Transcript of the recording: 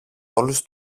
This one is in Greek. όλους